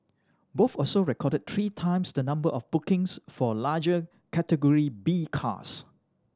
both also recorded three times the number of bookings for larger Category B cars